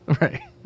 Right